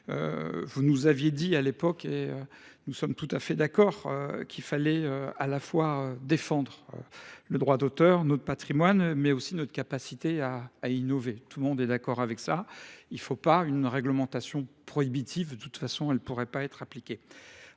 Vous nous aviez dit à l'époque, et nous sommes tout à fait d'accord, qu'il fallait à la fois défendre le droit d'auteur, notre patrimoine, mais aussi notre capacité à innover. Tout le monde est d'accord avec ça. Il ne faut pas une réglementation prohibitive. De toute façon, elle ne pourrait pas être appliquée.